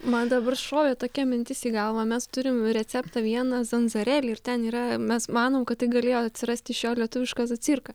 man dabar šovė tokia mintis į galvą mes turim receptą vieną zanzareli ir ten yra mes manom kad tai galėjo atsirasti iš jo lietuviška zacirka